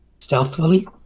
stealthily